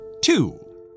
two